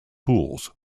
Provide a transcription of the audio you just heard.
pools